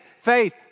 faith